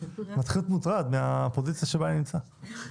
אני מתחיל להיות מוטרד מהפוזיציה שבה אני נמצא.